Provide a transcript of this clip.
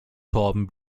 torben